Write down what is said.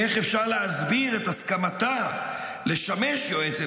איך אפשר להסביר את הסכמתה לשמש יועצת